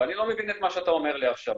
ואני לא מבין את מה שאתה אומר לי עכשיו,